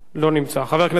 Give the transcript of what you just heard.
חבר הכנסת מסעוד גנאים,